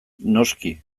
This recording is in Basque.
noski